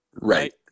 Right